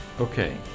okay